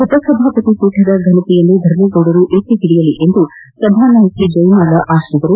ಉಪ ಸಭಾಪತಿ ಪೀಠದ ಫನತೆಯನ್ನು ಧರ್ಮೇಗೌಡರು ಎತ್ತಿ ಹಿಡಿಯಲಿ ಎಂದು ಸಭಾನಾಯಕಿ ಜಯಮಾಲ ಆತಿಸಿದರು